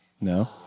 No